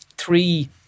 three